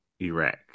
Iraq